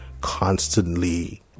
constantly